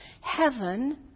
heaven